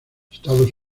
estados